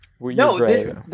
No